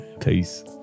Peace